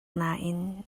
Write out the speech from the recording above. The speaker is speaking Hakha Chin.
nain